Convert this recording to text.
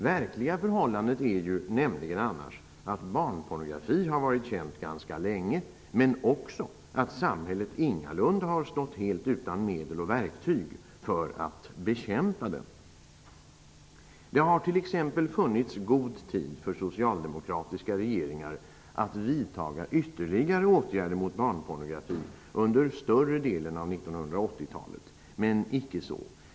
Verkliga förhållandet är ju annars att barnpornografin har varit känd ganska länge men också att samhället ingalaunda har stått helt utan medel och verktyg för att bekämpa den. Det har t.ex. funnits god tid för socialdemokratiska regeringar att vidta ytterligare åtgärder mot barnpornografin under större delen av 1980-talet -- men icke.